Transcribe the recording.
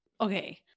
okay